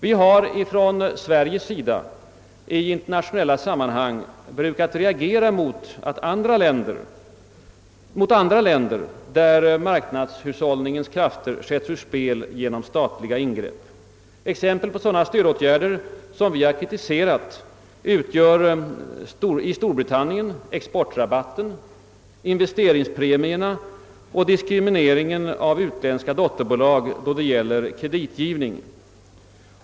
Vi har från Sveriges sida i internationella sammanhang brukat reagera mot andra länder, där marknadshushållningens krafter sätts ur spel genom. statliga insrepp. Exempel på sådana stödåtgärder som vi har kritiserat utgör i Storbritannien exportrabatten, investeringspremierna och diskrimineringen av utländska dotterbolag då det gäller kreditgivning.